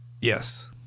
Yes